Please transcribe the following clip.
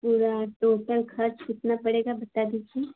पूरा टोटल ख़र्च कितना पड़ेगा बता दीजिए